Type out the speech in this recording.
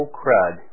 crud